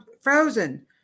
frozen